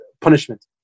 punishment